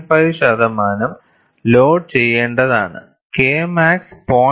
5 ശതമാനം ലോഡ് ചെയ്യേണ്ടതാണ് K max 0